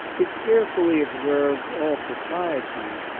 it carefully observes all propriety,